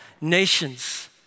nations